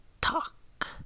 talk